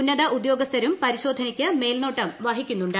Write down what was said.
ഉന്നത ഉദ്യോഗസ്ഥരും പരിശോധനക്ക് മേൽനോട്ടം വഹിക്കുന്നുണ്ട്